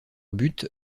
but